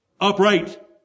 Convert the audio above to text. upright